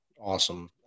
Awesome